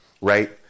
Right